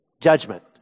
judgment